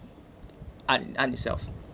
art art itself